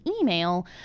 email